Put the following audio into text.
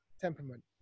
temperament